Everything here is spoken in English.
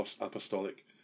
apostolic